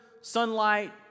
sunlight